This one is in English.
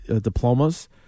diplomas